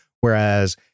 Whereas